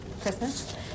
Christmas